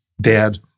dad